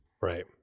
Right